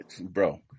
bro